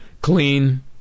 Clean